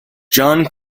john